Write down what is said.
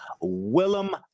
Willem